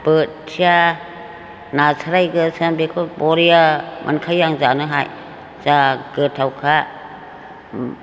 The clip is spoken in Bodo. बोथिया नास्राय गोसोम बेखौ बरिया मोनखायो आं जानोहाय जा गोथावखा